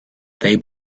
they